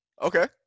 Okay